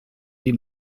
die